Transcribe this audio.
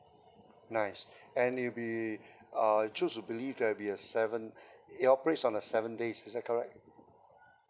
nice and it'll be uh choose to believe that it'll be a seven it operates on a seven days is that correct